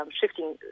shifting